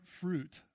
fruit